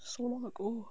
so long ago